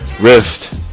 Rift